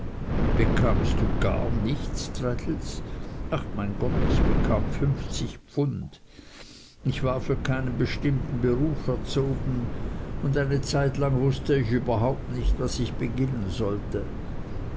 bekamst du gar nichts traddles ach mein gott ich bekam fünfzig pfund ich war für keinen bestimmten beruf erzogen und eine zeit lang wußte ich überhaupt nicht was ich beginnen sollte